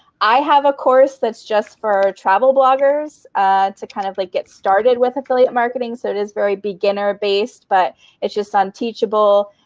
i have a course that's just for travel bloggers to kind of like get started with affiliate marketing. so it is very beginner based, but it's just on teachable